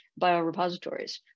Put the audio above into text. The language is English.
biorepositories